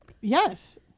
yes